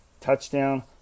touchdown